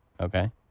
Okay